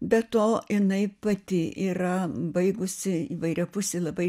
be to jinai pati yra baigusi įvairiapusį labai